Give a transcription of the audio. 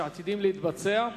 שעתידים להתבצע,